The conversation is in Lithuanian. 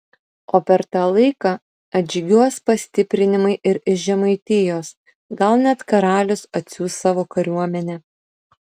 o per tą laiką atžygiuos pastiprinimai ir iš žemaitijos gal net karalius atsiųs savo kariuomenę